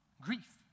grief